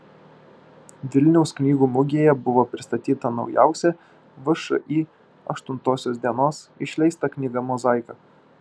vilniaus knygų mugėje buvo pristatyta naujausia všį aštuntosios dienos išleista knyga mozaika